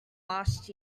last